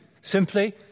simply